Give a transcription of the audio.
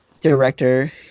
director